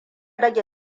rage